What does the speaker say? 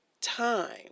time